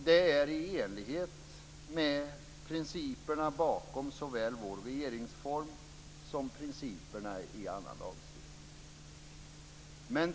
Det är i enlighet med principerna bakom såväl vår regeringsform som principerna i annan lagstiftning.